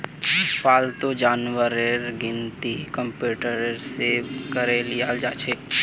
पालतू जानवरेर गिनती कंप्यूटरत सेभ करे लियाल जाछेक